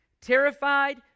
terrified